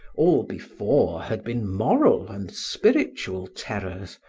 all before had been moral and spiritual terrors.